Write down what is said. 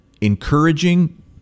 encouraging